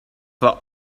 for